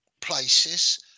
places